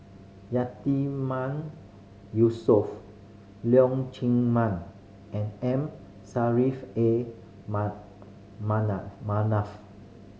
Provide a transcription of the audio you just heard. Yatiman Yusof Leong Chee Mun and M A Manaf